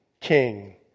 King